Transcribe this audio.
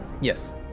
Yes